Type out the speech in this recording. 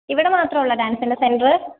ഇവിടെ മാത്രം ഉള്ളോ ഡാൻസിൻ്റെ സെൻ്റർ